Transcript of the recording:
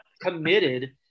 committed